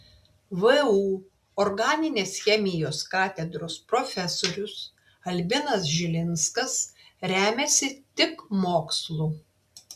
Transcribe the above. vu organinės chemijos katedros profesorius albinas žilinskas remiasi tik mokslu